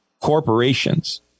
corporations